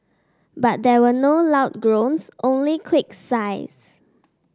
but there were no loud groans only quick sighs